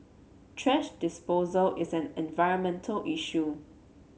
thrash disposal is an environmental issue